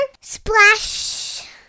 Splash